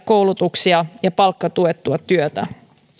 koulutuksia ja palkkatuettua työtä